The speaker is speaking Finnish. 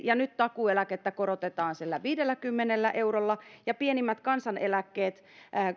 ja nyt takuueläkettä korotetaan sillä viidelläkymmenellä eurolla ja pienimmät kansaneläkkeet